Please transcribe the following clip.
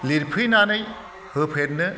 लिरफैनानै होफेरनो